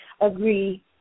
agree